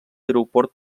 aeroport